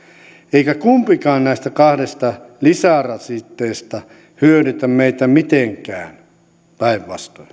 eikä kumpikaan näistä kahdesta lisärasitteesta hyödytä meitä mitenkään päinvastoin